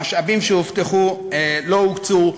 המשאבים שהובטחו לא הוקצו,